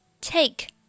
Take